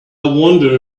wonder